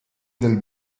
del